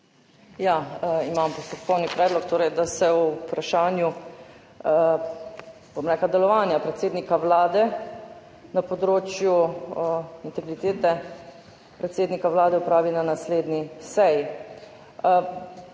Ja, imam postopkovni predlog. Torej, da se o vprašanju delovanja predsednika Vlade na področju integritete predsednika Vlade opravi na naslednji seji.